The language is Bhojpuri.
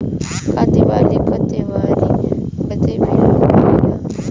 का दिवाली का त्योहारी बदे भी लोन मिलेला?